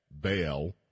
bail